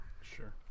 Sure